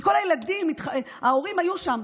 וכל הילדים וההורים היו שם.